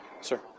Sir